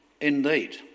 indeed